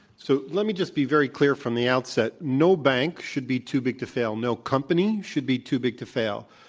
so let me just be very clear from the outset. no bank should be too big to fail. no company should be too big to fail.